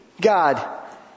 God